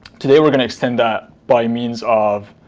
today, we're going to extend that by means of